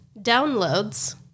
downloads